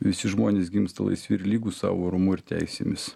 visi žmonės gimsta laisvi ir lygūs savo orumu ir teisėmis